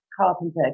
carpenter